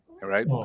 right